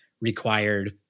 required